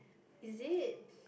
is it